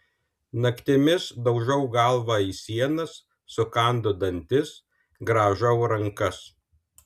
naktimis daužau galvą į sienas sukandu dantis grąžau rankas